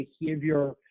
behavior